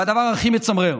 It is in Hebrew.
והדבר הכי מצמרר,